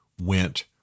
went